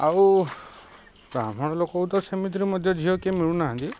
ଆଉ ବ୍ରାହ୍ମଣ ଲୋକ ତ ସେମିତିରେ ମଧ୍ୟ ଝିଅ କିଏ ମିଳୁନାହାନ୍ତି